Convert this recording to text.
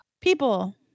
People